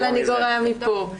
אבל אני גורע מפה.